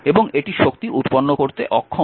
এবং এটি শক্তি উৎপন্ন করতে অক্ষম